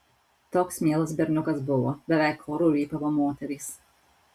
toks mielas berniukas buvo beveik choru rypavo moterys